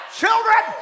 children